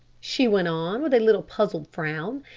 she went on with a little puzzled frown,